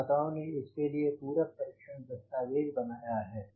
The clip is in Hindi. निर्माताओं ने इसके लिए पूरक परीक्षण दस्तावेज़ बनाया है